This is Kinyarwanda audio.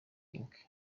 inc